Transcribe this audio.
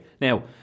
Now